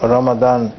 Ramadan